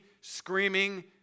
screaming